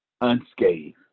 unscathed